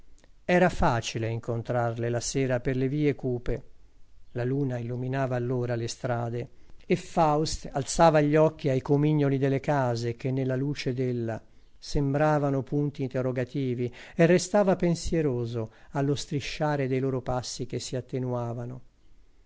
era facile incontrarle la sera per le vie cupe la luna illuminava allora le strade e faust alzava gli occhi ai comignoli delle case che nella luce della luna sembravano punti interrogativi e restava pensieroso allo strisciare dei loro passi che si attenuavano